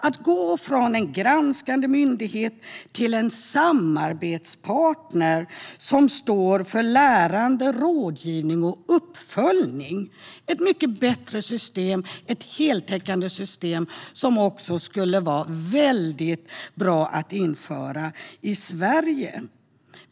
Det går från en granskande myndighet till en samarbetspartner som står för lärande, rådgivning och uppföljning. Det är ett mycket bättre system. Det är ett heltäckande system som det skulle vara väldigt bra att införa i Sverige.